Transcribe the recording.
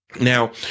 Now